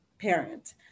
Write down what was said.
parent